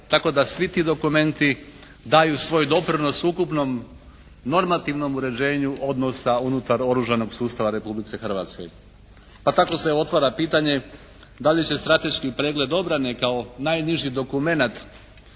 tako da svi ti dokumenti daju svoj doprinos ukupnom normativnom uređenju odnosa unutar oružanog sustava Republike Hrvatske. Pa tako se otvara pitanje da li će strateški pregled obrane kao najniži dokumenat,